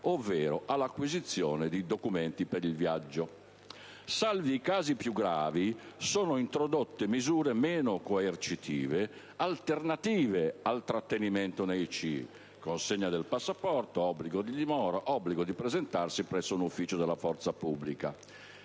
ovvero acquisizione di documenti per il viaggio. Salvo i casi più gravi, sono introdotte misure meno coercitive, alternative al trattenimento nei CIE: consegna del passaporto, obbligo di dimora e obbligo di presentarsi presso un ufficio della forza pubblica.